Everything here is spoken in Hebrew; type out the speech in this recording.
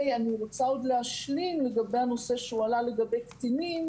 אני רוצה להשלים לגבי הנושא שהועלה לגבי קטינים.